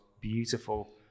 beautiful